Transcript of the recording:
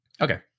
Okay